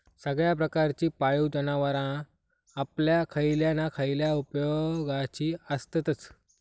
सगळ्या प्रकारची पाळीव जनावरां आपल्या खयल्या ना खयल्या उपेगाची आसततच